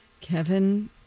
Kevin